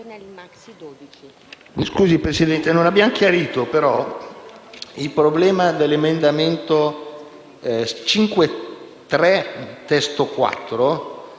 Grazie